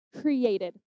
created